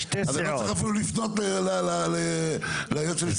אתה לא צריך אפילו לשאול את היועץ המשפטי.